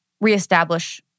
reestablish